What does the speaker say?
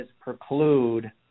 preclude